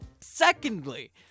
Secondly